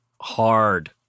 hard